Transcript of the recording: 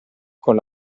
con